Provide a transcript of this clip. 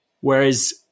whereas